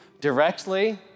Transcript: directly